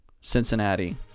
cincinnati